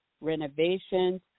renovations